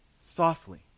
softly